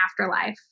afterlife